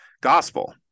gospel